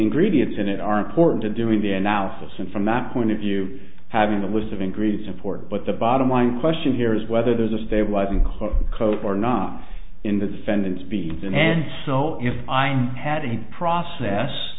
ingredients in it are important to doing the analysis and from that point of view having the list of ingredients important but the bottom line question here is whether there's a stabilizing club coach or not in the defendants be and so if i had a process